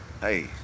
Hey